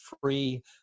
free